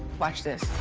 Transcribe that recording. watch this.